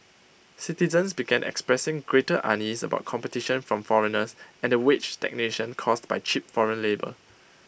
citizens began expressing greater unease about competition from foreigners and the wage stagnation caused by cheap foreign labour